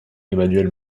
emmanuel